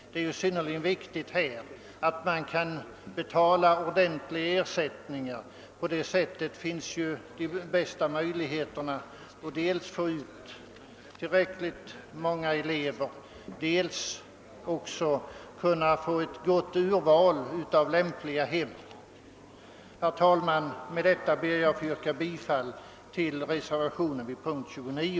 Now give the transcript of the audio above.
Det är synnerligen vik tigt att man kan betala ordentliga ersättningar. Därigenom uppnår man de bästa möjligheterna att dels få ut tillräckligt många elever, dels också kunna få ett gott urval av lämpliga hem. Herr talman! Med det anförda ber jag att få yrka bifall till reservationen 9 vid punkten 29.